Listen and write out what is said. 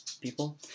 people